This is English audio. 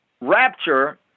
rapture